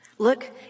Look